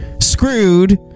Screwed